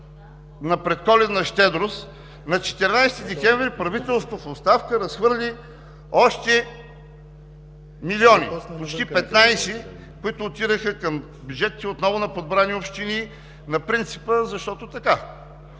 на предколедна щедрост, на 14 декември правителството в оставка разхвърли още милиони, като почти 15 милиона отидоха към бюджетите отново на подбрани общини на принципа: „Защото така!“